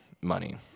money